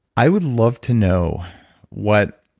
i would love to know what,